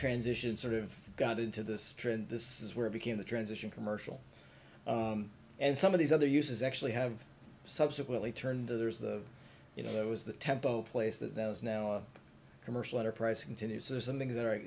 transition sort of got into this trend this is where it became the transition commercial and some of these other uses actually have subsequently turned to there's the you know it was the tempo place that there was now a commercial enterprise continues so there are some things that are